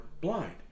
blind